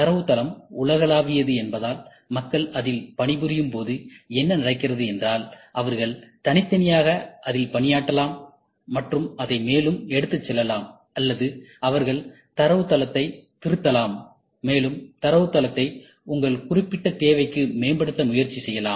தரவுத்தளம் உலகளாவியது என்பதால் மக்கள் அதில் பணிபுரியும் போது என்ன நடக்கிறது என்றால் அவர்கள் தனித்தனியாக அதில் பணியாற்றலாம் மற்றும் அதை மேலும் எடுத்துச் செல்லலாம் அல்லது அவர்கள் தரவுத்தளத்தைத் திருத்தலாம் மேலும் தரவுத்தளத்தை உங்கள் குறிப்பிட்ட தேவைக்கு மேம்படுத்த முயற்சி செய்யலாம்